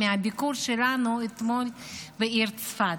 מהביקור שלנו אתמול בעיר צפת,